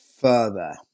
further